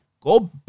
go